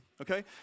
Okay